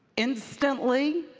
instantly.